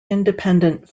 independent